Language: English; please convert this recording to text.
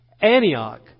Antioch